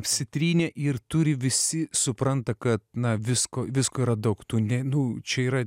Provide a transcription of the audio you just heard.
apsitrynė ir turi visi supranta kad na visko visko yra daug tų ne nu čia yra